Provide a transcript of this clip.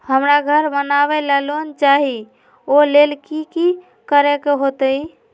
हमरा घर बनाबे ला लोन चाहि ओ लेल की की करे के होतई?